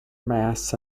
mass